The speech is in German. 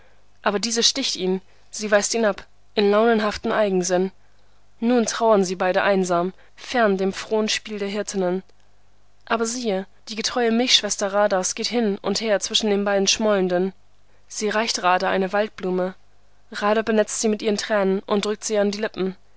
aber diese sticht ihn sie weist ihn ab in launenhaftem eigensinn nun trauern sie beide einsam fern dem frohen spiel der hirtinnen aber siehe die getreue milchschwester radhas geht hin und her zwischen den beiden schmollenden sie reicht radha eine waldblume radha benetzt sie mit ihren tränen und drückt sie an die lippen